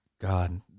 God